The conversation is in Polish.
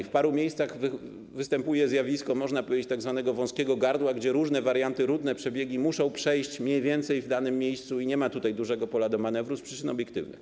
W paru miejscach występuje zjawisko, można powiedzieć, tzw. wąskiego gardła, czyli różne warianty, różne przebiegi muszą przejść mniej więcej w danym miejscu i nie ma tutaj dużego pola do manewru z przyczyn obiektywnych.